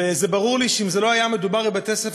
וברור לי שאם לא היה מדובר בבתי-ספר